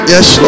Yes